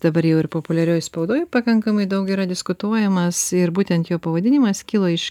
dabar jau ir populiarioj spaudoj pakankamai daug yra diskutuojamas ir būtent jo pavadinimas kilo iš